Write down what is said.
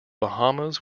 bahamas